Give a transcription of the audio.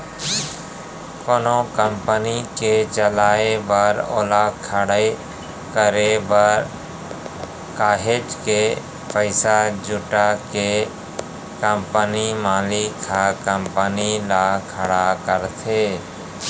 कोनो कंपनी के चलाए बर ओला खड़े करे बर काहेच के पइसा जुटा के कंपनी मालिक ह कंपनी ल खड़ा करथे